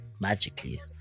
magically